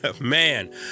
man